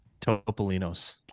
Topolinos